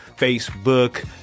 facebook